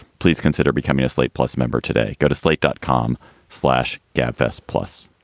please consider becoming a slate plus member today. go to slate dot com slash gabfests plus.